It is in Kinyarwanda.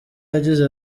yagize